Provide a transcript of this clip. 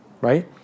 right